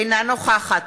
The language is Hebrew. אינה נוכחת